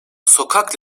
sokak